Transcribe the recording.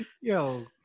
yo